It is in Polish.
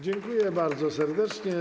Dziękuję bardzo serdecznie.